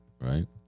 right